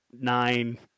nine